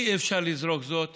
אי-אפשר לזרוק זאת